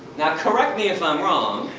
now, correct me if i'm wrong,